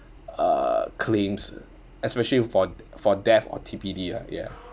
uh claims especially for d~ for death or T_P_D ah ya